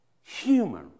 human